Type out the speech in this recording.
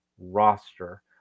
roster